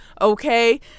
okay